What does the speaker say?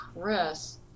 Chris